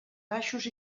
baixos